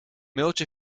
mailtje